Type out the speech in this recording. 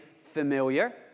familiar